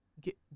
get